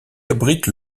abrite